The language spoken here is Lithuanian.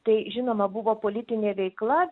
tai žinoma buvo politinė veikla